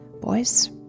Boys